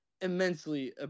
immensely